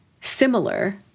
similar